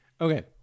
Okay